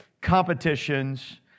competitions